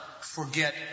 forget